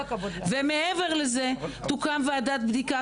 מעבר לזה תוקם ועדת בדיקה,